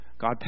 God